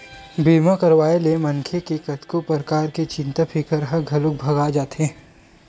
बीमा करवाए ले मनखे के कतको परकार के चिंता फिकर ह घलोक भगा जाथे